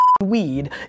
weed